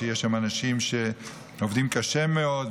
שיש בהם אנשים שעובדים קשה מאוד,